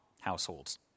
households